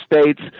states